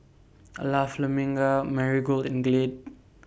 La Famiglia Marigold and Glade